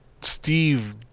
Steve